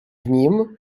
nim